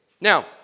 Now